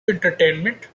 entertainment